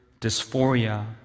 dysphoria